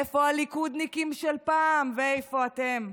איפה הליכודניקים של פעם ואיפה אתם?